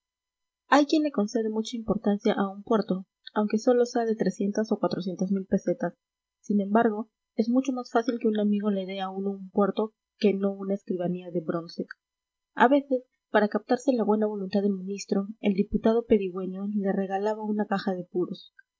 quien le concede mucha importancia a un puerto aunque sólo sea de trescientas o cuatrocientas mil pesetas sin embargo es mucho más fácil que un amigo le dé a uno un puerto que no una escribanía de bronce a veces para captarse la buena voluntad del ministro el diputado pedigüeño le regalaba una caja de puros